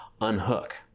unhook